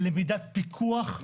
למידת פיקוח,